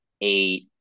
eight